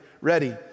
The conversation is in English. Ready